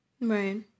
Right